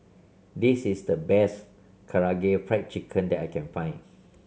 this is the best Karaage Fried Chicken that I can find